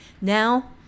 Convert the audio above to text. Now